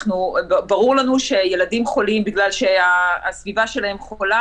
ברור לנו שילדים חולים בגלל שהסביבה שלהם חולה